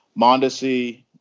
Mondesi